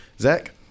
Zach